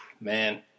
man